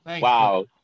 Wow